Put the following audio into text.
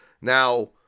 Now